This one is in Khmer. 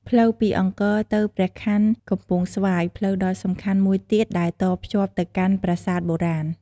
ផ្លូវពីអង្គរទៅព្រះខ័នកំពង់ស្វាយ ផ្លូវដ៏សំខាន់មួយទៀតដែលតភ្ជាប់ទៅកាន់ប្រាសាទបុរាណ។